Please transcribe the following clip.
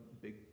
big